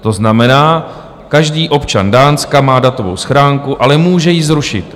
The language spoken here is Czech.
To znamená, každý občan Dánska má datovou schránku, ale může ji zrušit.